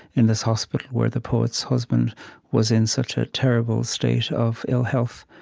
in this hospital where the poet's husband was in such a terrible state of ill health?